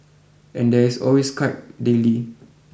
and there is always Skype daily